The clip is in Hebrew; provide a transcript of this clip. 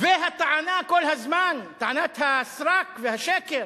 והטענה כל הזמן, טענת הסרק והשקר,